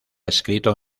escrito